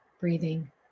breathing